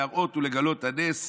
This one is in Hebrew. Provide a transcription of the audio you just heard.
להראות ולגלות הנס,